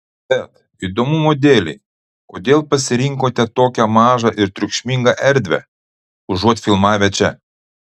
bet įdomumo dėlei kodėl pasirinkote tokią mažą ir triukšmingą erdvę užuot filmavę čia